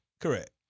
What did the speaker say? Correct